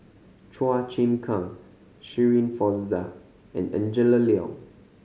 Chua Chim Kang Shirin Fozdar and Angela Liong